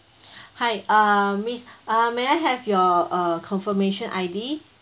hi uh miss uh may I have your uh confirmation I_D